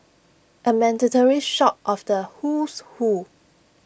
A mandatory shot of the Who's Who